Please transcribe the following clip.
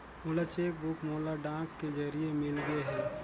मोर cheque book मोला डाक के जरिए मिलगे हे